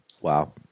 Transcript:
Wow